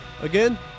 Again